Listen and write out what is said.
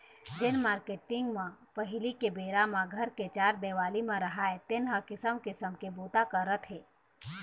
जेन मारकेटिंग मन पहिली के बेरा म घर के चार देवाली म राहय तेन ह किसम किसम के बूता करत हे